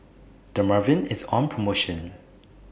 Dermaveen IS on promotion